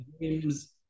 games